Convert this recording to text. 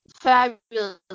fabulous